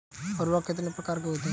उर्वरक कितने प्रकार के होते हैं?